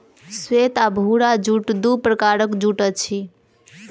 श्वेत आ भूरा जूट दू प्रकारक जूट अछि